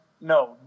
No